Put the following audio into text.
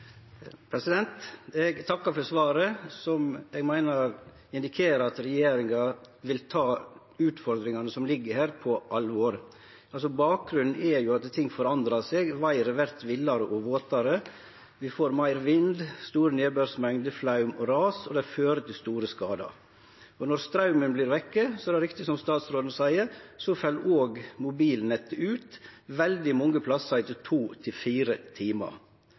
Eg takkar for svaret, som eg meiner indikerer at regjeringa vil ta utfordringane som ligg her, på alvor. Bakgrunnen er jo at ting forandrar seg, vêret vert villare og våtare, vi får meir vind, store nedbørsmengder, flaum og ras, og det fører til store skadar. Når straumen vert vekke – det er riktig som statsråden seier – så fell òg mobilnettet ut, veldig mange plassar etter to til fire timar.